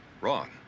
Wrong